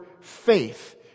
faith